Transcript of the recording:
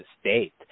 state